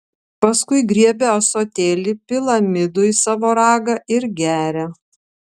paskui griebia ąsotėlį pila midų į savo ragą ir geria